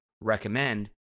recommend